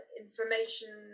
information